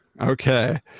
Okay